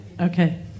Okay